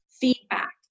feedback